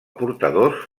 portadors